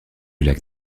lac